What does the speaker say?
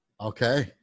Okay